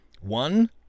One